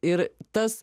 ir tas